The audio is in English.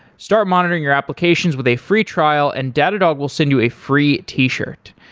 start monitoring your applications with a free trial and datadog will send you a free t-shirt.